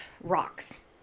rocks